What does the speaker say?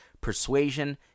persuasion